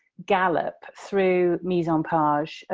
gallop through mise-en-page,